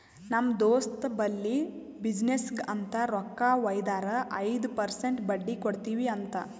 ನಮ್ ದೋಸ್ತ್ ಬಲ್ಲಿ ಬಿಸಿನ್ನೆಸ್ಗ ಅಂತ್ ರೊಕ್ಕಾ ವೈದಾರ ಐಯ್ದ ಪರ್ಸೆಂಟ್ ಬಡ್ಡಿ ಕೊಡ್ತಿವಿ ಅಂತ್